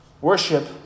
Worship